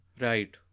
Right